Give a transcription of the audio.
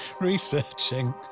researching